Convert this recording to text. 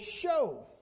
show